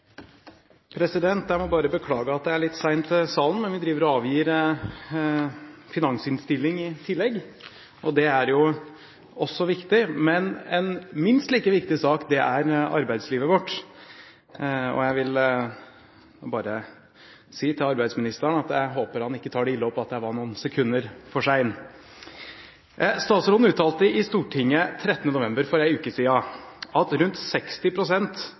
må bare beklage at jeg kommer litt sent til i salen, men vi driver i tillegg og avgir en finansinnstilling, og det er jo også viktig. Men en minst like viktig sak er arbeidslivet vårt, og jeg vil si til arbeidsministeren at jeg håper han ikke tar det ille opp at jeg var noen sekunder for sen. «Statsråden uttalte i Stortinget 13. november: